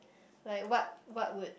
like what what would